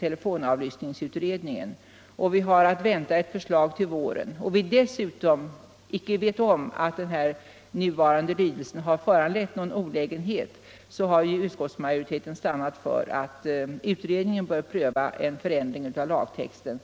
telefonavlyssningsutredningens arbete och vi har att vänta ett förslag till våren — och vi dessutom inte känner till att den nuvarande lydelsen har medfört några olägenheter — så har utskottet stannat för att utredningen bör pröva en ändring av lagtexten.